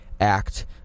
act